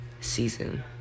season